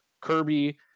Kirby